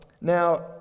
Now